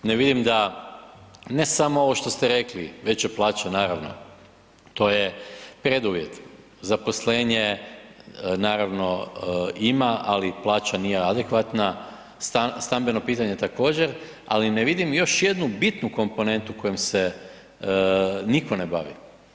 Ne vidim da, ne samo ovo što ste rekli, veće plaće naravno, to je preduvjet, zaposlenje, naravno ima, ali plaća nije adekvatna, stambeno pitanje također, ali ne vidim još jednu bitnu komponentu kojom se nitko ne bavi.